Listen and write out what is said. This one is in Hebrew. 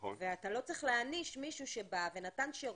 אתה לא צריך להעניש מישהו שבא ונתן שירות,